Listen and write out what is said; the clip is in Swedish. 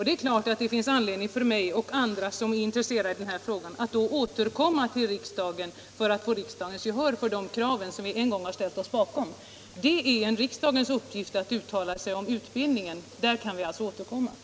Det är klart att det finns anledning för mig och andra som är intresserade av den här frågan att återkomma till riksdagen för att få riksdagens gehör för de krav som vi en gång ställt oss bakom. Det är riksdagens uppgift att uttala sig om utbildningen. Där kan vi alltså återkomma.